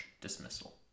dismissal